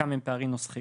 חלקם הם פערי נוסח,